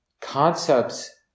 concepts